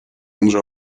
onze